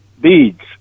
Beads